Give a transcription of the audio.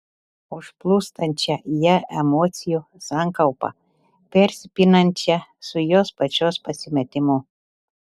užplūstančią ją emocijų sankaupą persipinančią su jos pačios pasimetimu